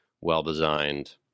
well-designed